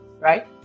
right